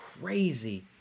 crazy